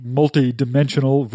multi-dimensional